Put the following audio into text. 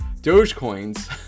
Dogecoin's